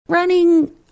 running